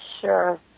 Sure